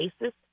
basis